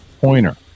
pointer